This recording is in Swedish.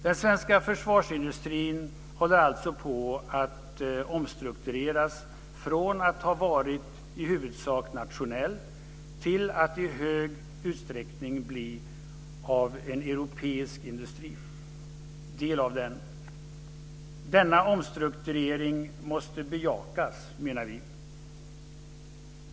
Den svenska försvarsindustrin håller alltså på att omstruktureras från att ha varit i huvudsak nationell till att i hög utsträckning bli en del av en europeisk industri. Denna omstrukturering måste bejakas, menar vi.